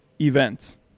events